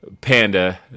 panda